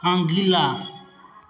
अगिला